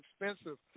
expensive